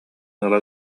ыла